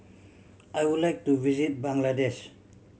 I would like to visit Bangladesh